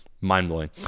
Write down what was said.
mind-blowing